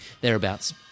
thereabouts